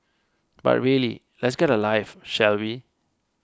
but really let's get a life shall we